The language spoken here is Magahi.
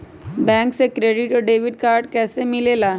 बैंक से क्रेडिट और डेबिट कार्ड कैसी मिलेला?